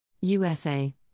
USA